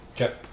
Okay